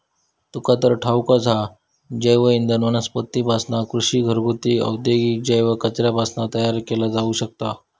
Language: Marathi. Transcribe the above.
तुका तर ठाऊकच हा, जैवइंधन वनस्पतींपासना, कृषी, घरगुती, औद्योगिक जैव कचऱ्यापासना तयार केला जाऊ शकता